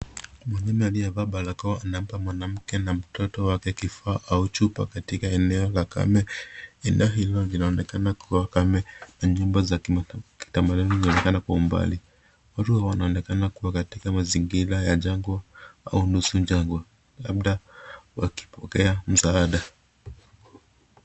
Mwanaume aliyevaa barakoa anampa mwanamke na mtoto wake kifaa au chuba katika eneo la kame, eneo hili linaonekana kuwa kame na nyumba za kithamaduni inaonekana kwa umbali. Uhuru huu unaonekana kuwa katika mazingira ya jangwa au nusu jangwa labda wakipokea msaada.